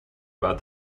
about